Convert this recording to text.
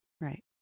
Right